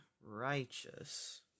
righteous